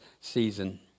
season